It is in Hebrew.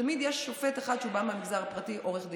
שתמיד יש שופט אחד שבא מהמגזר הפרטי, עורך דין.